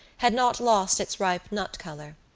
had not lost its ripe nut colour.